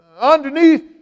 underneath